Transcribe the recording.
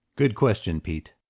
good question pete.